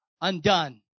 undone